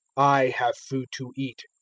i have food to eat,